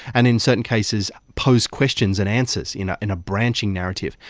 and in certain cases pose questions and answers you know in a branching narrative.